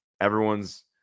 everyone's